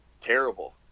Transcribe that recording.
terrible